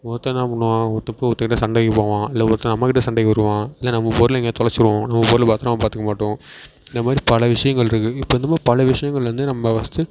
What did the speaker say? ஒருத்தன் என்ன பண்ணுவான் ஒருத்தன்ட சண்டைக்கு போவான் இல்லை ஒருத்தன் நம்மகிட்ட சண்டைக்கு வருவான் இல்லை நம்ம பொருளை எங்கேயாவது தொலைச்சிருவோம் நம்ம பொருளை பத்திரமா பார்த்துக்க மாட்டோம் இந்த மாதிரி பல விஷயங்கள் இருக்குது இப்போ இந்தமாதிரி பல விஷயங்கள்ல இருந்து நம்ம ஃபஸ்ட்டு